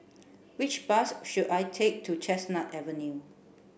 which bus should I take to Chestnut Avenue